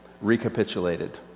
recapitulated